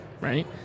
right